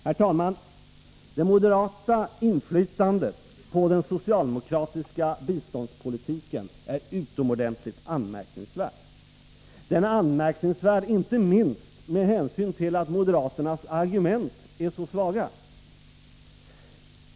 Herr talman! Det moderata inflytandet på den socialdemokratiska biståndspolitiken är utomordentligt anmärkningsvärt — inte minst med hänsyn till att moderaternas argument är så svaga!